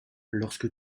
lorsque